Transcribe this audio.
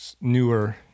newer